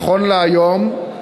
נכון להיום,